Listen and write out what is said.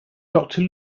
doctor